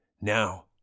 Now